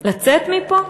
לצאת מפה?